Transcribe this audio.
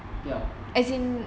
不要